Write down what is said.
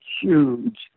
huge